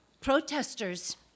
Protesters